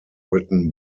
written